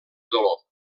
dolor